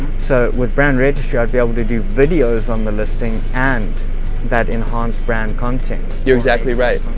so with brand registry, i'd be able to do videos on the listing, and that enhanced brand content, you're exactly right,